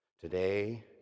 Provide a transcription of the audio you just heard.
today